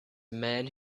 man